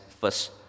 first